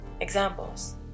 Examples